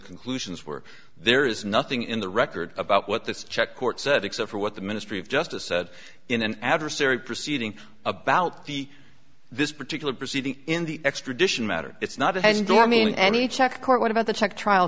conclusions were there is nothing in the record about what this check court said except for what the ministry of justice said in an adversary proceeding about the this particular proceeding in the extradition matter it's not as though i mean any check court what about the check trial